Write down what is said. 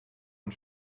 und